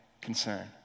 concern